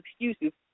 excuses